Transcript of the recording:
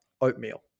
oatmeal